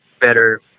better